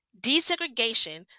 desegregation